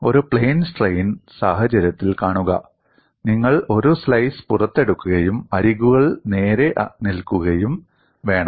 ഒരു plain strain സാഹചര്യത്തിൽ കാണുക നിങ്ങൾ ഒരു സ്ലൈസ് പുറത്തെടുക്കുകയും അരികുകൾ നേരെ നിൽക്കുകയും വേണം